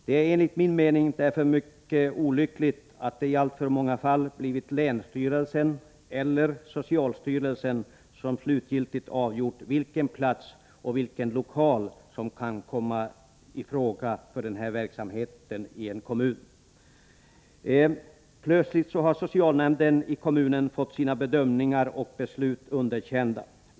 Det är enligt min mening därför mycket olyckligt att det i alltför många fall blivit länsstyrelsen eller socialstyrelsen som slutgiltigt avgjort vilken plats och vilken lokal som kan komma i fråga för denna verksamhet i en kommun. Plötsligt har socialnämnden i kommunen fått sina bedömningar och beslut underkända.